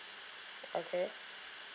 okay